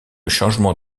changement